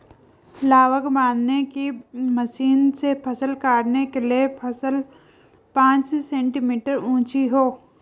लावक बांधने की मशीन से फसल काटने के लिए फसल पांच सेंटीमीटर ऊंची हो